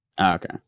Okay